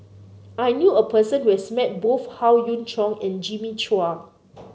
I knew a person who has met both Howe Yoon Chong and Jimmy Chua